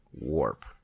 warp